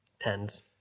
tens